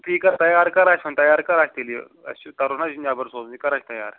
ٹھیٖک حظ تَیار کَرِ آسہِ وۅنۍ تَیار کَر آسہِ تیٚلہِ اَسہِ چھُ ترُن حظ یہِ چھُ نٮ۪بر سوزُن یہِ کَر اَسہِ تَیار